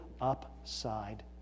upside